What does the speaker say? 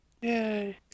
Yay